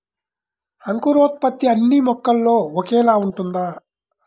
అంకురోత్పత్తి అన్నీ మొక్కల్లో ఒకేలా ఉంటుందా?